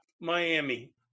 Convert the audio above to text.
Miami